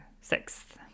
sixth